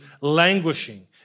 languishing